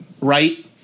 right